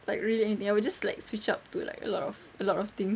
like really anything I will just like switch up to like a lot of a lot of things